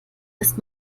ist